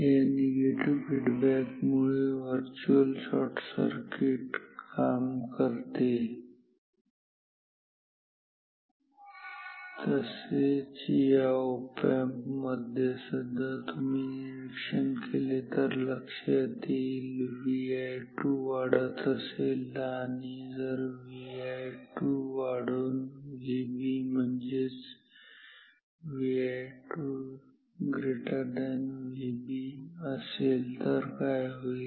या negative feedback मुळे virtual short circuit काम करते तसेच या ऑप एम्प मध्ये सुद्धा तुम्ही निरीक्षण केले तर लक्षात येईल जर Vi2 वाढत असेल आणि जर Vi2 वाढून VB म्हणजेच Vi2 VB असेल तर काय होईल